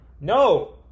No